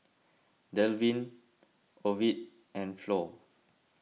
Delvin Ovid and Flor